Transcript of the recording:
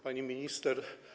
Pani Minister!